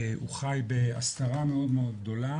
הוא חי בהסתרה מאוד גדולה,